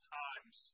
times